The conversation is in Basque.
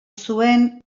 zuen